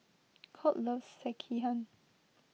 Colt loves Sekihan